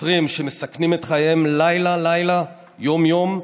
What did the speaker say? שוטרים שמסכנים את חייהם לילה-לילה, יום-יום,